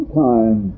time